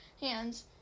hands